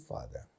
Father